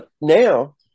now